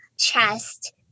trust